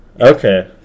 Okay